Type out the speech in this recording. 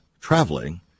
traveling